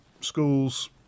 schools